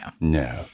no